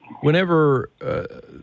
Whenever